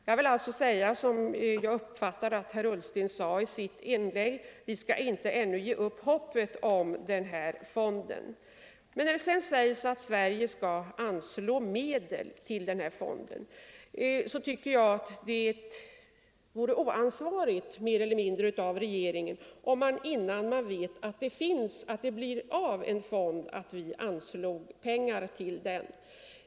Jag vill därför säga som herr Ullsten gjorde i sitt inlägg: Vi skall inte ännu ge upp hoppet om den här fonden. När det sägs att Sverige skall anslå medel till fonden måste jag invända, att jag tycker att det vore mer eller mindre oansvarigt av regeringen, om vi innan vi vet om fonden blir av anslog pengar till den.